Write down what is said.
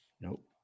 nope